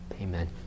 Amen